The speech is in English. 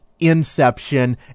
Inception